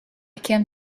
came